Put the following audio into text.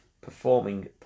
performing